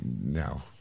no